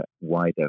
wider